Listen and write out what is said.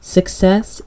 Success